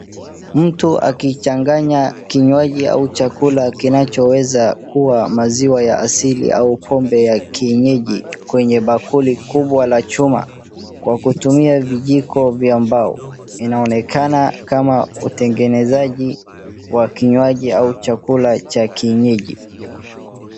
Mtu akichanganya kinywaji au chakula kinachoweza kuwa maziwa ya asili au pombe ya kienyeji kwenye bakuli kubwa la chuma kwa kutumia vijiko vya mbao inaonekana kama utengenezaji wa kinywaji au chakula cha kienyeji.